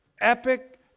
epic